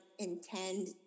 intend